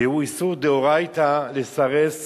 שהוא איסור דאורייתא לסרס